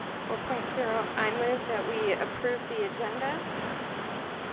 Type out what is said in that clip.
four point zero. i move that we approved the agenda second